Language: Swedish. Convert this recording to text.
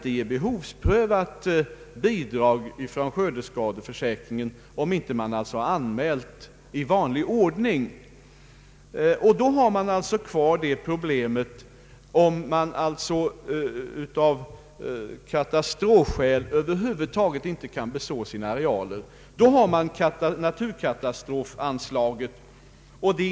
Behovsprövade bidrag från skördeskadeförsäkringen kan inte utgå annat än om anmälan gjorts i vanlig ordning. Då kvarstår alltså problemet om man av katastrofskäl inte kan beså sina arealer. I sådana fall finns naturkatastrofanslaget att tillgå.